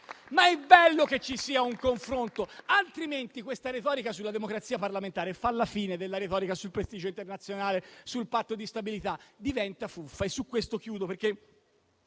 ma è bello che ci sia un confronto, altrimenti la retorica sulla democrazia parlamentare fa la fine della retorica sul prestigio internazionale e sul Patto di stabilità, e diventa fuffa. Il fatto che lei